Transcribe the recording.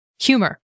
humor